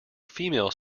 female